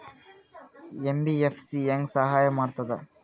MBFC ಹೆಂಗ್ ಸಹಾಯ ಮಾಡ್ತದ?